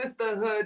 sisterhood